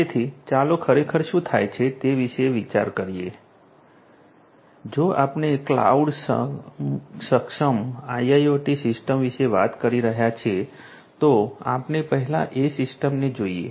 તેથી ચાલો ખરેખર શું થાય છે તે વિશે વિચાર કરીએ જો આપણે ક્લાઉડ સક્ષમ આઈઆઈઓટી સિસ્ટમ વિશે વાત કરી રહ્યા છે તો આપણે પહેલા એ સિસ્ટમને જોઈએ